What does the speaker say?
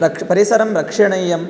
रक् परिसरं रक्षणीयं